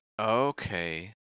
okay